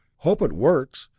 hope it works.